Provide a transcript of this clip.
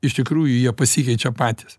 iš tikrųjų jie pasikeičia patys